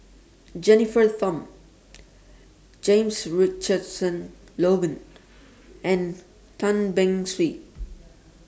Jennifer Tham James Richardson Logan and Tan Beng Swee